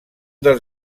dels